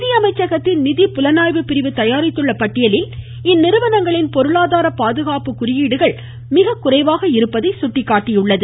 நிதியமைச்சகத்தின் நிதி புலனாய்வு பிரிவு பதயாரித்துள்ள பட்டியலில் இந்நிறுவனங்களின் பொருளாதார பாதுகாப்பு குறியீடுகள் மிகக்குறைவாக இருப்பதை சுட்டிக்காட்டியுள்ளது